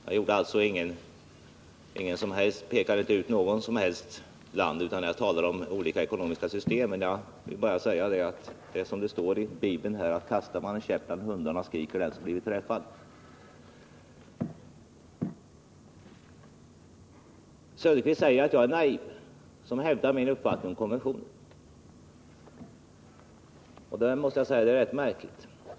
Jag pekade alltså inte ut något som helst land utan talade om ekonomiska system. Jag vill bara säga att det är som det står i Bibeln: Kastar man en käpp bland hundarna så skriker den som blivit träffad. Oswald Söderqvist säger att jag är naiv som hävdar min uppfattning om konventioner. Jag måste säga att det är rätt märkligt.